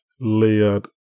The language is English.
layered